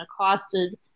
accosted